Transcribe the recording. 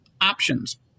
options